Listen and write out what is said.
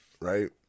right